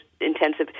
Intensive